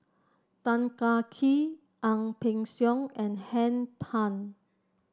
Tan Kah Kee Ang Peng Siong and Henn Tan